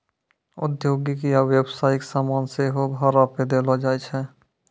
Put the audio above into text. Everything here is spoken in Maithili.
औद्योगिक या व्यवसायिक समान सेहो भाड़ा पे देलो जाय छै